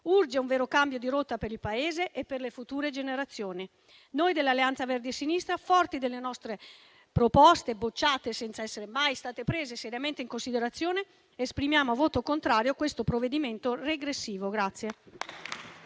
Urge un vero cambio di rotta per il Paese e per le future generazioni. Noi dell'Alleanza Verdi e Sinistra, forti delle nostre proposte, bocciate senza essere mai state prese seriamente in considerazione, esprimiamo voto contrario su questo provvedimento regressivo.